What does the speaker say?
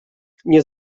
nie